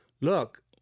look